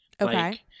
Okay